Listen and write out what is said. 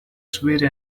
sweaty